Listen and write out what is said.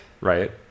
Right